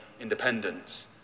independence